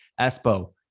Espo